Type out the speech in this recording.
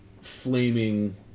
flaming